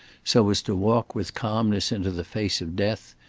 so as to walk with calmness into the face of death,